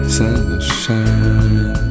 sunshine